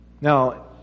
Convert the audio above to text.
Now